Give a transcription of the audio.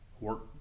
work